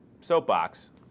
soapbox